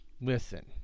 Listen